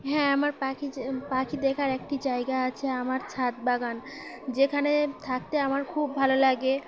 হ্যাঁ আমার পাখি পাখি দেখার একটি জায়গা আছে আমার ছাদ বাগান যেখানে থাকতে আমার খুব ভালো লাগে